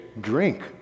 drink